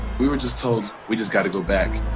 we were just told we just gotta go back.